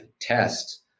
test